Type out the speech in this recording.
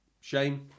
Shame